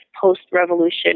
post-revolution